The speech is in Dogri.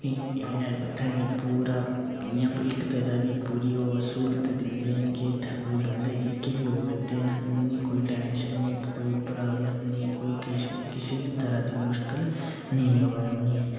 फ्ही एह् ऐ कि उत्थै पूरा इक्क तरह दी पूरी ओह् सूह्लत दिंदे न कि इत्थै बंदे कोई जेह्के बी आवै दे न कोई टैंशन निं कोई प्रॉब्लम निं कोई किश निं कुसै बी तरह दी मुश्कल नेईं आवै उ'नें ई